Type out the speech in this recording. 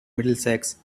middlesex